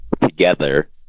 together